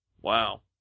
Wow